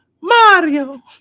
Mario